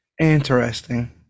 Interesting